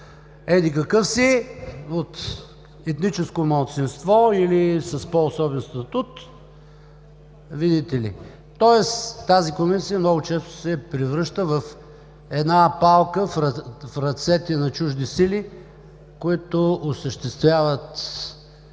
еди какъв си, от етническо малцинство или с по-особен статут. Тоест тази Комисия, много често се превръща в палка в ръцете на чужди сили, които осъществяват